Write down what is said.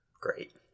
Great